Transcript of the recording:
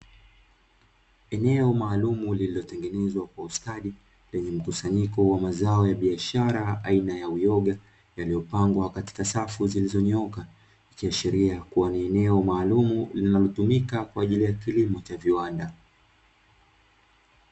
Eneo maalumu lililotengenezwa kwa ustadi lenye mkusanyiko wa mazao ya biashara aina ya uyoga yaliyopangwa katika safu zilizonyooka, ikiashiria kuwa ni eneo maalumu linalotumika kwa ajili ya kilimo cha viwanda.